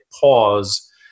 pause